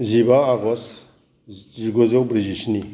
जिबा आगष्ट जिगुजौ ब्रैजिस्नि